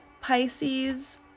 Pisces